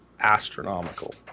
astronomical